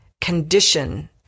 Condition